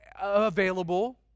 available